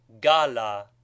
gala